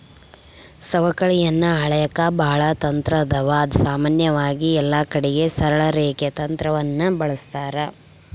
ಸವಕಳಿಯನ್ನ ಅಳೆಕ ಬಾಳ ತಂತ್ರಾದವ, ಸಾಮಾನ್ಯವಾಗಿ ಎಲ್ಲಕಡಿಗೆ ಸರಳ ರೇಖೆ ತಂತ್ರವನ್ನ ಬಳಸ್ತಾರ